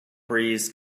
breeze